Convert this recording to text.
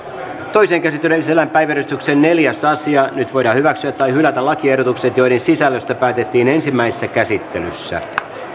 toiseen käsittelyyn esitellään päiväjärjestyksen neljäs asia nyt voidaan hyväksyä tai hylätä lakiehdotukset joiden sisällöstä päätettiin ensimmäisessä käsittelyssä